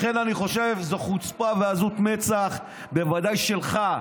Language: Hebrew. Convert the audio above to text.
לכן אני חושב שזאת חוצפה ועזות מצח, בוודאי שלך.